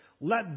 let